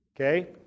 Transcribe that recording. Okay